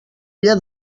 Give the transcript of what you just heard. ella